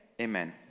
Amen